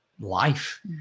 life